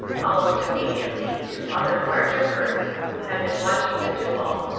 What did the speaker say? almost immediately two other larger birds, who had been watching the duel,